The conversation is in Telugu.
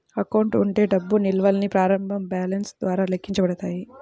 అకౌంట్ ఉండే డబ్బు నిల్వల్ని ప్రారంభ బ్యాలెన్స్ ద్వారా లెక్కించబడతాయి